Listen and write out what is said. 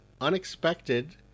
unexpected